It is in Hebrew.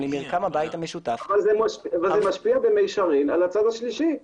למרקם הבית המשותף- -- אבל זה משפיע במישרין על הצד השלישי,